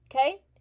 Okay